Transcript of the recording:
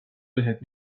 بهت